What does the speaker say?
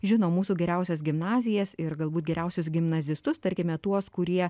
žino mūsų geriausias gimnazijas ir galbūt geriausius gimnazistus tarkime tuos kurie